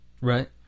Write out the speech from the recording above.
Right